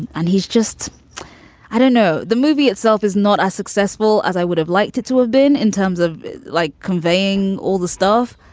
and he's just i don't know. the movie itself is not as successful as i would have liked to to have been in terms of like conveying all the stuff.